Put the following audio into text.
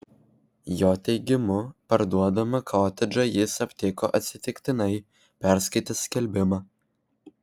jo teigimu parduodamą kotedžą jis aptiko atsitiktinai perskaitęs skelbimą